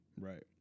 right